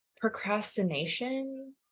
procrastination